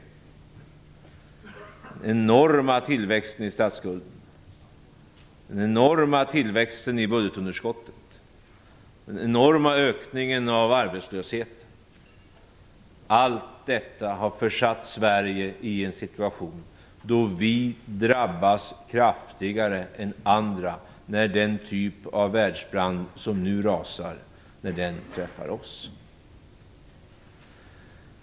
Den enorma tillväxten av statsskulden, den enorma tillväxten av budgetunderskottet och den enorma ökningen av arbetslösheten har försatt Sverige i en situation då vi drabbas kraftigare än andra när den typ av världsbrand som nu rasar träffar oss.